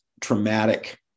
traumatic